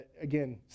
again